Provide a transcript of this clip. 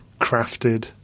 Crafted